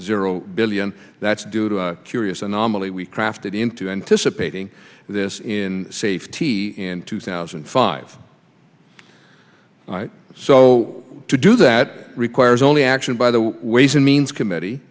zero billion that's due to a curious anomaly we crafted into anticipating this in safety in two thousand and five so to do that requires only action by the ways and means committee